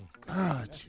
God